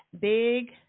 Big